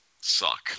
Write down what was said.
suck